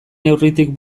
neurritik